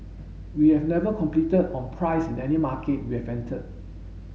we have never competed on price in any market we have entered